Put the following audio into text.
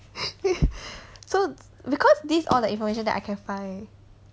so because these all the information that I can find